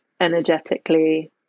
energetically